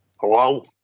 Hello